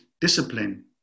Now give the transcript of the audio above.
discipline